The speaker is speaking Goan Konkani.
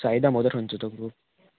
साई दामोदर खंयचो तो ग्रूप